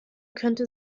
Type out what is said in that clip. könnte